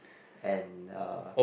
and uh